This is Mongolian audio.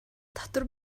дотор